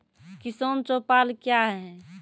किसान चौपाल क्या हैं?